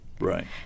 Right